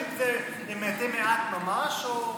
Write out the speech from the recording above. האם זה מתי מעט ממש או,